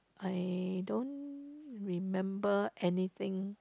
I don't remember anything